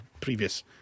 previous